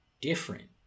different